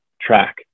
track